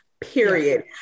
period